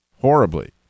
horribly